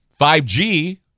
5G